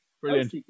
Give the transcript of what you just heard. Brilliant